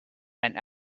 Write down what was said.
and